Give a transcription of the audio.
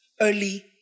early